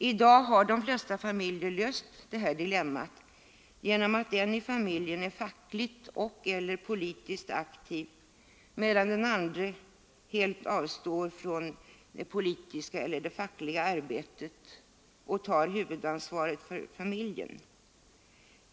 I dag har de flesta familjer löst det här dilemmat genom att en i familjen är fackligt och/eller politiskt aktiv medan den andra helt avstår från det politiska eller fackliga arbetet och tar huvudansvaret för familjen.